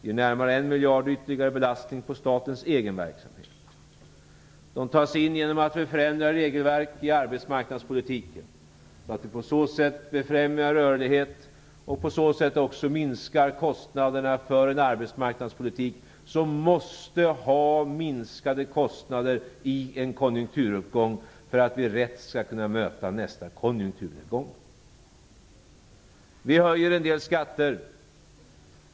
Det blir en belastning på ytterligare närmare Pengarna tas in genom att vi förändrar regelverk i arbetsmarknadspolitiken, så att vi befrämjar rörlighet och minskar kostnaderna för en arbetsmarknadspolitik som måste ha minskade kostnader i en konjunkturuppgång, för att vi rätt skall kunna möta nästa konjunkturnedgång. Vi höjer en del skatter.